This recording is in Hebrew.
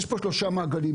יש פה שלושה מעגלים.